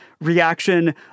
reaction